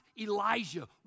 Elijah